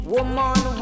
Woman